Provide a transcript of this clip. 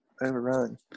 overrun